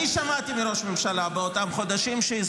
אני שמעתי מראש הממשלה באותם חודשים והוא